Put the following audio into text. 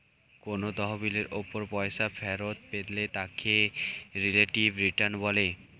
কোন তহবিলের উপর পয়সা ফেরত পেলে তাকে রিলেটিভ রিটার্ন বলে